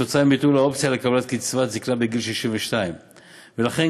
כתוצאה מביטול האופציה לקבלת קצבת זיקנה בגיל 62. ולכן